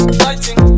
lighting